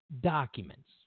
documents